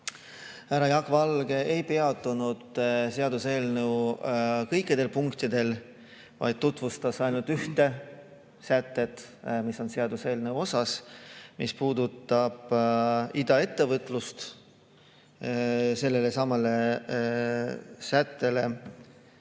Härra Jaak Valge ei peatunud seaduseelnõu kõikidel punktidel, vaid tutvustas ainult ühte sätet, mis on seaduseelnõu osa. See puudutab iduettevõtlust. Samale sättele